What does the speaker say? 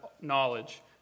knowledge